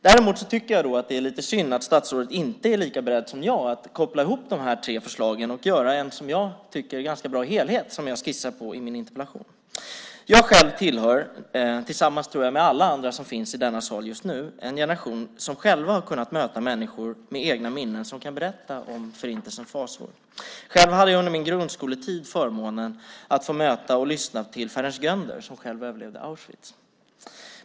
Däremot tycker jag att det är lite synd att statsrådet inte är lika beredd som jag att koppla ihop de tre förslagen och göra en som jag tycker ganska bra helhet, som jag har skissat på i min interpellation. Jag själv tillhör - tillsammans med alla andra som finns i denna sal just nu, tror jag - en generation där vi själva har kunnat möta människor med egna minnen som kan berätta om Förintelsens fasor. Själv hade jag under min grundskoletid förmånen att få möta och lyssna till Ferenc Göndör, som överlevde Auschwitz.